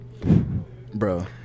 Bro